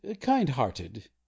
kind-hearted